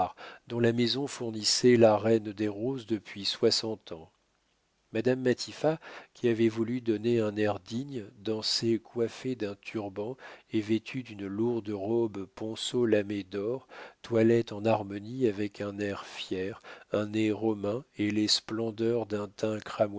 dont la maison fournissait la reine des roses depuis soixante ans madame matifat qui avait voulu se donner un air digne dansait coiffée d'un turban et vêtue d'une lourde robe ponceau lamée d'or toilette en harmonie avec un air fier un nez romain et les splendeurs d'un teint